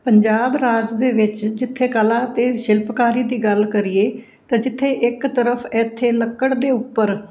ਪੰਜਾਬ ਰਾਜ ਦੇ ਵਿੱਚ ਜਿੱਥੇ ਕਲਾ ਅਤੇ ਸ਼ਿਲਪਕਾਰੀ ਦੀ ਗੱਲ ਕਰੀਏ ਤਾਂ ਜਿੱਥੇ ਇੱਕ ਤਰਫ ਇੱਥੇ ਲੱਕੜ ਦੇ ਉੱਪਰ